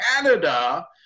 canada